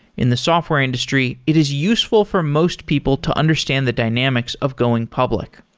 in the software industry, it is useful for most people to understand the dynamics of going public.